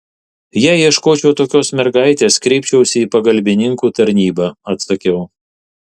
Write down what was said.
jei ieškočiau tokios mergaitės kreipčiausi į pagalbininkų tarnybą atsakiau